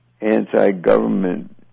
anti-government